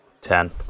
Ten